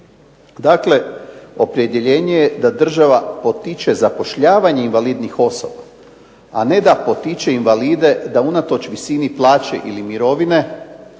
Dakle, opredjeljenje je da država potiče zapošljavanje invalidnih osoba, a ne da potiče invalide da unatoč visini plaće ili mirovine